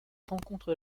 rencontres